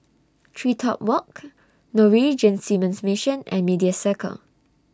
TreeTop Walk Norwegian Seamen's Mission and Media Circle